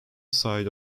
side